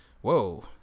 whoa